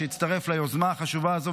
שהצטרף ליוזמה החשובה הזאת,